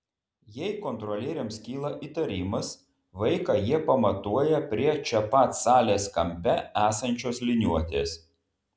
jei kontrolieriams kyla įtarimas vaiką jie pamatuoja prie čia pat salės kampe esančios liniuotės